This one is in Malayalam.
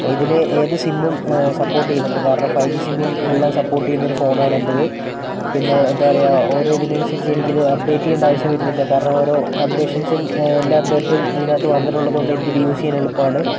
ഇതില് ഏത് സിമും സപ്പോർട്ട് ചെയ്യുന്നുണ്ട് കാരണം ഫൈ ജി സിമും എല്ലാം സപ്പോർട്ട് ചെയ്യുന്നൊരു ഫോണാണ് എൻ്റെത് പിന്നെ എന്താ പറയുക ഓരോ ഇതിനനുസരിച്ച് എനിക്കിത് അപ്ഡേറ്റ് ചെയ്യേണ്ട ആവശ്യം വരുന്നില്ല കാരണം ഓരോ അപ്ഡേഷൻസും എല്ലാ അപ്ഡേറ്റും ഇതിനകത്ത് വന്നിട്ടുള്ളത് കൊണ്ട് എനിക്കിത് യൂസ് ചെയ്യാൻ എളുപ്പമാണ്